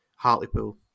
Hartlepool